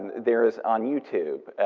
there's, on youtube,